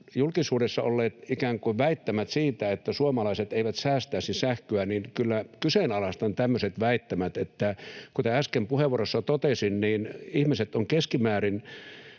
julkisuudessa on ollut ikään kuin väittämiä siitä, että suomalaiset eivät säästäisi sähköä, niin kyllä kyseenalaistan tämmöiset väittämät. Eli kuten äsken puheenvuorossa totesin, niin ihmiset ovat keskimäärin